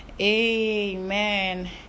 amen